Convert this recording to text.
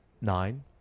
nine